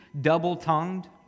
double-tongued